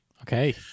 Okay